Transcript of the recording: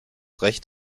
recht